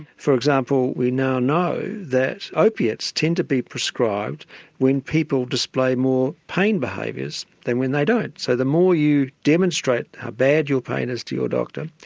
for example we now know that opiates tend to be prescribed when people display more pain behaviours than when they don't. so the more you demonstrate how bad your pain is to your doctor,